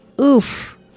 Oof